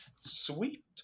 sweet